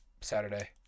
Saturday